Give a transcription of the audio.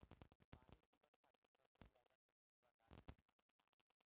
पानी जीवन खातिर सबसे ज्यादा जरूरी पदार्थ में आवेला